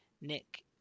nick